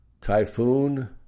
Typhoon